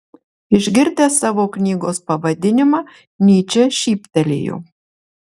išgirdęs savo knygos pavadinimą nyčė šyptelėjo